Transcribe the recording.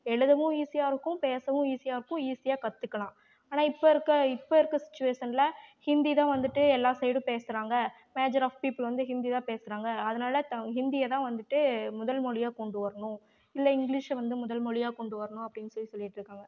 எழுதவும் ஈஸியாக இருக்கும் பேசவும் ஈஸியாக இருக்கும் ஈஸியாக கற்றுக்கலாம் ஆனால் இப்போ இருக்கற இப்போ இருக்கற சிச்சுவேஷனில் ஹிந்தி தான் வந்துட்டு எல்லா சைடும் பேசுகிறாங்க மேஜர் ஆஃப் பீப்பிள் வந்து ஹிந்தி தான் பேசுறாங்க அதனால் த ஹிந்தியை தான் வந்துட்டு முதல் மொழியாக கொண்டு வரணும் இல்லை இங்கிலிஷில் வந்து முதல் மொழியாக கொண்டு வரணும் அப்படின்னு சொல்லி சொல்லிகிட்டிருக்காங்க